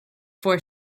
four